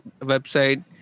website